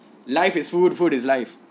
life is food food is life